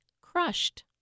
crushed